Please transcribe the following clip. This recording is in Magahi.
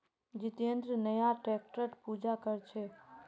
जितेंद्र नया ट्रैक्टरेर पूजा कर छ